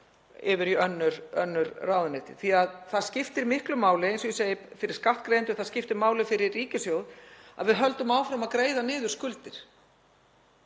yfir í önnur ráðuneyti. Það skiptir miklu máli fyrir skattgreiðendur, það skiptir máli fyrir ríkissjóð að við höldum áfram að greiða niður skuldir.